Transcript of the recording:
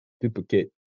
duplicate